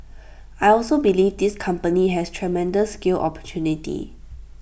I also believe this company has tremendous scale opportunity